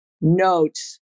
notes